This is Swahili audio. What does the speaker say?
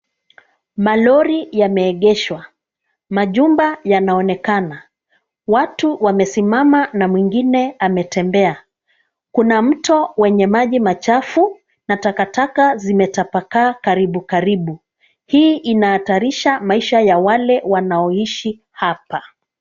Malori yameegeshwa. Majumba yanaonekana. Watu wamesimama na mwingine ametembea. Kuna mto wenye maji machafu na takataka zimetapakaa karibu karibu. Hii inahatarisha maisha ya wale wanaoishi hapa.